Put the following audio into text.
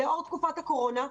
לנוכח תקופת הקורונה,